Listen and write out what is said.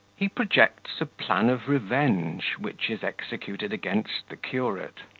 he projects a plan of revenge, which is executed against the curate.